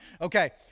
okay